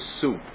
soup